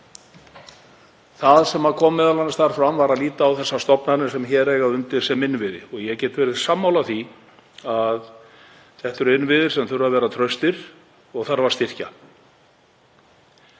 Það sem kom m.a. þar fram var að líta á þessar stofnanir sem hér eiga undir sem innviði og ég get verið sammála því að þetta eru innviðir sem þurfa að vera traustir og þarf að styrkja.